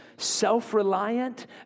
self-reliant